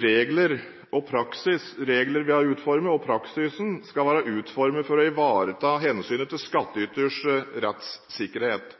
regler og praksis skal være utformet for å ivareta hensynet til skattyters rettssikkerhet,